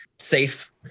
Safe